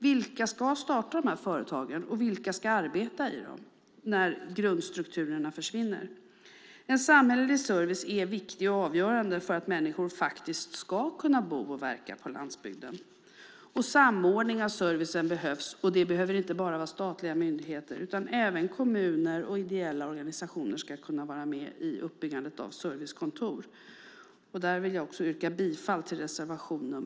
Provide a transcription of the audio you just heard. Vilka ska starta de här företagen, och vilka ska arbeta i dem när grundstrukturerna försvinner? Samhällelig service är viktig och avgörande för att människor ska kunna bo och verka på landsbygden. Samordning av servicen behövs också. Det behöver inte vara fråga om enbart statliga myndigheter, utan även kommuner och ideella organisationer ska kunna vara med i uppbyggandet av servicekontor. Jag yrkar bifall till reservation 2.